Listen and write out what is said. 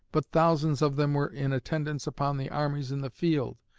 but thousands of them were in attendance upon the armies in the field,